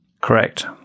Correct